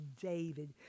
David